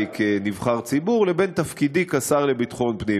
כנבחר ציבור לבין תפקידי כשר לביטחון הפנים,